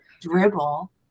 dribble